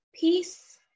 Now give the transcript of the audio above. peace